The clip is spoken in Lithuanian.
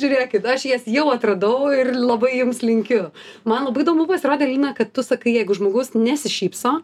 žiūrėkit aš jas jau atradau ir labai jums linkiu man labai įdomu pasirodė lina kad tu sakai jeigu žmogus nesišypso